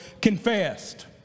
confessed